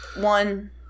One